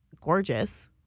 gorgeous